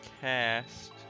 cast